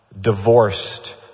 divorced